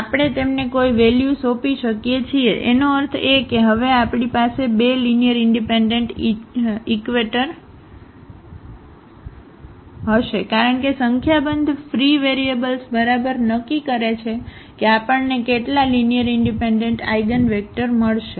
તેથી આપણે તેમને કોઈ વેલ્યુ સોંપી શકીએ છીએ એનો અર્થ એ કે હવે આપણી પાસે બે લીનીઅરઇનડિપેન્ડન્ટ ઇજિવેક્ટર હશે કારણ કે સંખ્યાબંધ ફ્રી વેરીએબલ્સ બરાબર નક્કી કરે છે કે આપણને કેટલા લીનીઅરઇનડિપેન્ડન્ટ આઇગનવેક્ટર મળશે